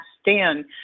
Stand